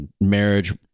marriage